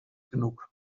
genug